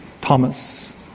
Thomas